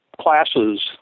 classes